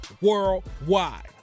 worldwide